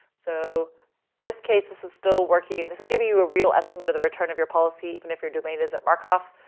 so this case this is still working, and this is giving you a real estimate of the return of your policy even if your domain isn't markov.